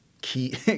key